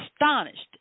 astonished